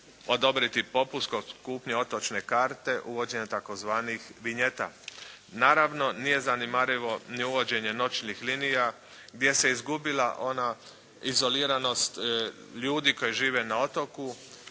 odobriti popust kod kupnje otočne karte, uvođenje tzv. "vinjeta". Naravno nije zanemarivo ni uvođenje noćnih linija gdje se izgubila ona izoliranost ljudi koji žive na otoku